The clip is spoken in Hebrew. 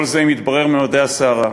כל זה עם התברר ממדי הסערה.